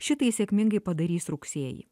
šitai sėkmingai padarys rugsėjį